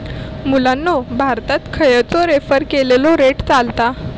मुलांनो भारतात खयचो रेफर केलेलो रेट चलता?